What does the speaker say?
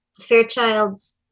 Fairchild's